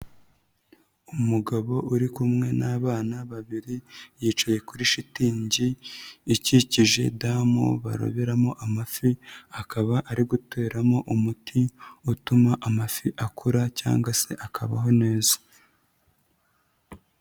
Umugabo uri kumwe n'abana babiri yicaye kuri shitingi ikikije damu baroberamo amafi akaba ari guteramo umuti utuma amafi akura cyangwa se akabaho neza.